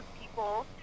people